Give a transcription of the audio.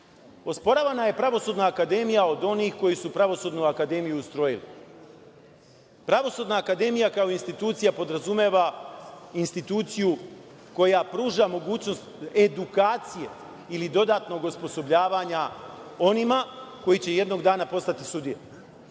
Osporavana je Pravosudna akademija od onih koji su Pravosudnu akademiju ustrojili. Pravosudna akademija kao institucija podrazumeva instituciju koja pruža mogućnost edukacije ili dodatnog osposobljavanja onima koji će jednog dana postati sudije